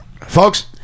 folks